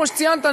כפי שציינת,